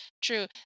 True